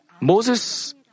Moses